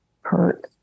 hurt